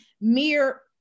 mere